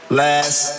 last